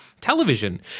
television